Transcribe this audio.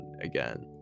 again